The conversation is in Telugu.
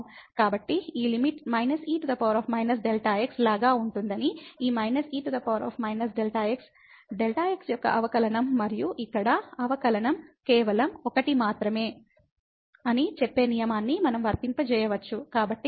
కాబట్టి ఈ లిమిట్ −e−Δx Refer Time 0811 లాగా ఉంటుందని ఈ −e−Δx Δx యొక్క అవకలనంమరియు ఇక్కడ అవకలనంకేవలం 1 మాత్రమే అని చెప్పే నియమాన్ని మనం వర్తింపజేయవచ్చు